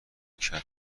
کشد